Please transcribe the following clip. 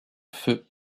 feu